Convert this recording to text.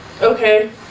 Okay